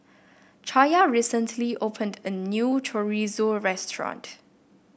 Chaya recently opened a new Chorizo restaurant